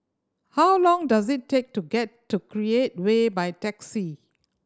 how long does it take to get to Create Way by taxi